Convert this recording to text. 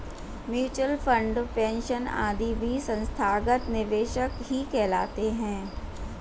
mutual fund, pension आदि भी संस्थागत निवेशक ही कहलाते हैं